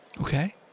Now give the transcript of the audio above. Okay